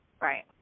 Right